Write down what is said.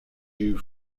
you